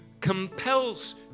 compels